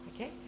Okay